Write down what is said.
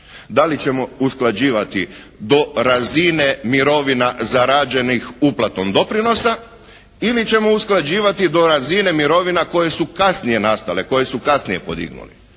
Da li ćemo usklađivati do razine mirovina zarađenih uplatom doprinosa ili ćemo usklađivati do razina mirovina koje su kasnije nastale, koje su kasnije podignuli.